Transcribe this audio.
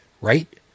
right